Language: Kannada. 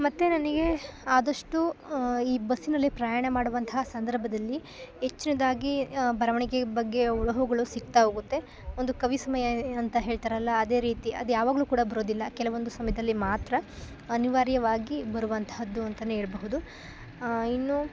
ಮತ್ತು ನನಗೆ ಆದಷ್ಟು ಈ ಬಸ್ಸಿನಲ್ಲಿ ಪ್ರಯಾಣ ಮಾಡುವಂತಹ ಸಂದರ್ಭದಲ್ಲಿ ಹೆಚ್ರದಾಗಿ ಬರವಣಿಗೆ ಬಗ್ಗೆ ಹೊಳಹುಗಳು ಸಿಗ್ತಾಹೋಗುತ್ತೆ ಒಂದು ಕವಿಸಮಯ ಯ ಅಂತ ಹೇಳ್ತಾರಲ್ಲ ಅದೇ ರೀತಿ ಅದು ಯಾವಾಗಲು ಕೂಡ ಬರೋದಿಲ್ಲ ಕೆಲವೊಂದು ಸಮಯದಲ್ಲಿ ಮಾತ್ರ ಅನಿವಾರ್ಯವಾಗಿ ಬರುವಂತಹದ್ದು ಅಂತಾ ಹೇಳ್ಬಹುದು ಇನ್ನು